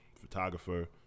photographer